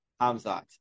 Hamzat